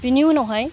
बिनि उनावहाय